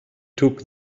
took